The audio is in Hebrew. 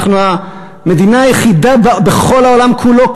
אנחנו המדינה היחידה בכל העולם כולו,